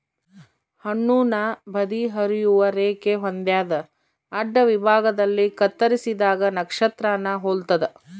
ಹಣ್ಣುನ ಬದಿ ಹರಿಯುವ ರೇಖೆ ಹೊಂದ್ಯಾದ ಅಡ್ಡವಿಭಾಗದಲ್ಲಿ ಕತ್ತರಿಸಿದಾಗ ನಕ್ಷತ್ರಾನ ಹೊಲ್ತದ